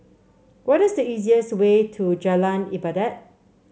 what is the easiest way to Jalan Ibadat